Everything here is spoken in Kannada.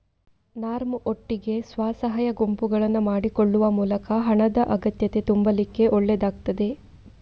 ನರ್ಮ್ ಒಟ್ಟಿಗೆ ಸ್ವ ಸಹಾಯ ಗುಂಪುಗಳನ್ನ ಮಾಡಿಕೊಳ್ಳುವ ಮೂಲಕ ಹಣದ ಅಗತ್ಯತೆ ತುಂಬಲಿಕ್ಕೆ ಒಳ್ಳೇದಾಗ್ತದೆ